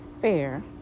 FAIR